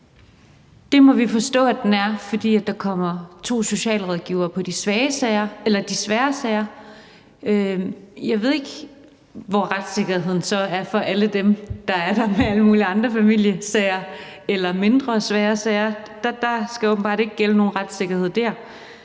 Det må vi forstå den er, fordi der kommer to socialrådgivere på de svære sager. Jeg ved ikke, hvordan retssikkerheden så er for alle dem, der har alle mulige andre familiesager eller mindre svære sager. Der skal åbenbart ikke være nogen retssikkerhed dér.